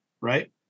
right